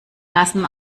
lassen